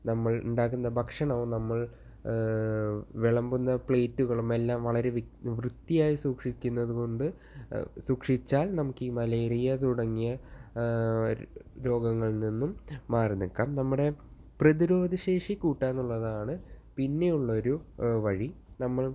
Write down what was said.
നമ്മൾ ഉണ്ടാക്കുന്ന ഭക്ഷണവും നമ്മൾ വിളമ്പുന്ന പ്ലേറ്റുകളും എല്ലാം വളരെ വെത്യ വൃത്തിയായി സൂക്ഷിക്കുന്നത് കൊണ്ട് സൂക്ഷിച്ചാൽ നമുക്ക് ഈ മലയേറിയ തുടങ്ങിയ രോഗങ്ങളിൽ നിന്നും മാറിനിൽക്കാൻ നമ്മുടെ പ്രതിരോധശേഷി കൂട്ടാനുള്ളതാണ് പിന്നെയുള്ള ഒരു വഴി നമ്മൾ